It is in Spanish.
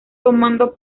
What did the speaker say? tomando